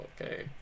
okay